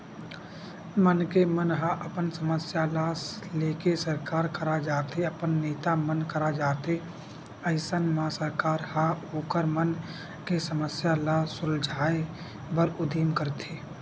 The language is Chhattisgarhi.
मनखे मन ह अपन समस्या ल लेके सरकार करा जाथे अपन नेता मन करा जाथे अइसन म सरकार ह ओखर मन के समस्या ल सुलझाय बर उदीम करथे